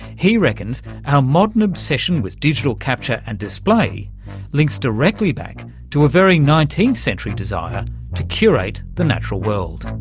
he reckons our modern obsession with digital capture and display links directly back to a very nineteenth century desire to curate the natural world.